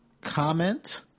comment